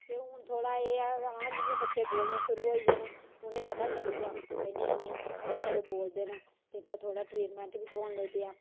हून थोह्ड़ा एह् है कि हां जि'यां बच्चे बोलना शुरु होई गे न उ'नें गी पता चली गेआ कि भाई निं निं हून बच्चे बोलदे न ते इत्थै थोह्ड़ा थोह्ड़ा ट्रीटमेंट बी थ्होन लगी पेआ